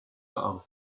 are